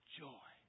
joy